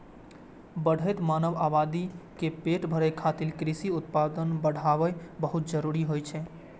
बढ़ैत मानव आबादी के पेट भरै खातिर कृषि उत्पादन बढ़ाएब बहुत जरूरी होइ छै